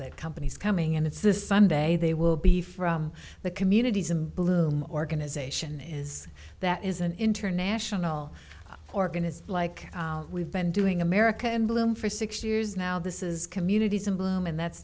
that companies coming and it's this sunday they will be from the communities in bloom organization is that isn't international organised like we've been doing america emblem for six years now this is communities in bloom and that's